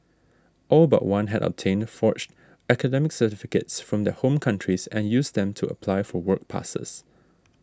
all but one had obtained forged academic certificates from their home countries and used them to apply for work passes